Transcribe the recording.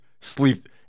sleep